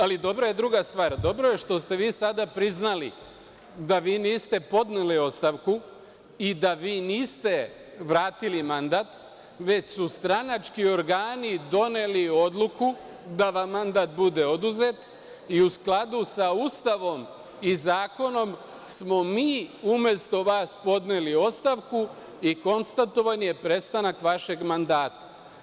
Ali, dobra je druga stvar, dobro je što ste vi sad priznali da vi niste podneli ostavku i da vi niste vratili mandat, već su stranački organi doneli odluku da vam mandat bude oduzet i u skladu sa Ustavom i zakonom smo mi umesto vas podneli ostavku i konstatovan je prestanak vašeg mandata.